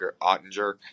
Ottinger